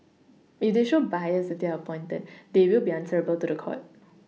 if they show bias if they are appointed they will be answerable to the court